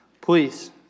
please